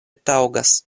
taŭgas